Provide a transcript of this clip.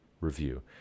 review